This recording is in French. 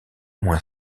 moins